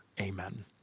Amen